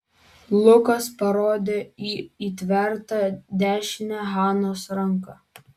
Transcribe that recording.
lukas parodė į įtvertą dešinę hanos ranką